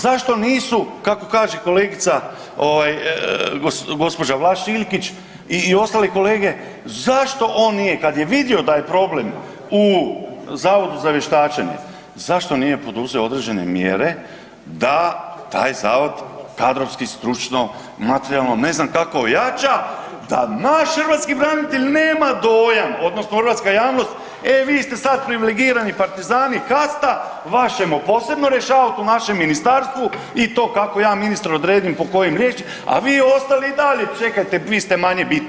Zašto nisu kako kaže kolegica gđa. Vlašić Iljkić, i ostali kolege, zašto on nije kad je vidio da je problem u Zavodu za vještačenje, zašto nije poduzeo određene mjere da taj zavod kadrovski, stručno, materijalno, ne znam kako ojača, da naši hrvatski branitelj nema dojam odnosno hrvatska javnost, e vi ste sad privilegirani partizani, kasta, vas ćemo posebno rješavati u našem ministarstvu i to kako ja ministar odredim po ... a vi ostali dalje čekajte, vi ste manje bitni.